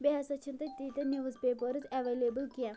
بیٚیہِ ہسا چھِنہٕ تتہِ تیٖتیٛاہ نِوٕز پیپرٕز ایٚوَلیبٕل کیٚنٛہہ